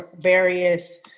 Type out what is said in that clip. various